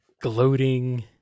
gloating